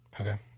Okay